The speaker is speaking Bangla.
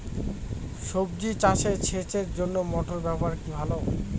সবজি চাষে সেচের জন্য মোটর ব্যবহার কি ভালো?